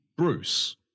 bruce